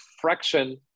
fraction